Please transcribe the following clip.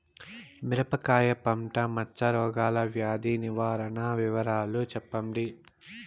మిరపకాయ పంట మచ్చ రోగాల వ్యాధి నివారణ వివరాలు చెప్పండి?